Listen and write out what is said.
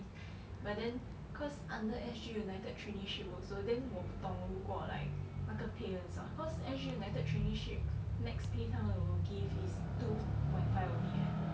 but then cause under S_G united traineeship also then 我不懂如果 like 那个 pay 很少 cause S_G united traineeship max pay 他们 will give is two point five only eh